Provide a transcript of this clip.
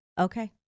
Okay